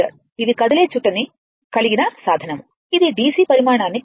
ఇది కదిలే చుట్ట ని కలిగిన సాధనం ఇది DC పరిమాణాన్ని కొలుస్తుంది